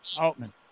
Altman